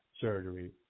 surgery